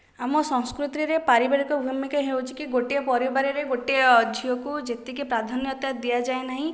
ଆମ ସଂସ୍କୃତିରେ ପାରିବାରିକ ଭୂମିକା ହେଉଛିକି ଗୋଟିଏ ପରିବାରରେ ଗୋଟିଏ ଝିଅ କୁ ଯେତିକି ପ୍ରାଧାନ୍ୟତା ଦିଆଯାଏ ନାହିଁ